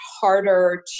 harder